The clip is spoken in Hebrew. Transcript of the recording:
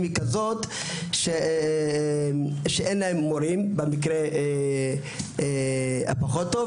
היא כזו שאין להם מורים במקרה הפחות טוב,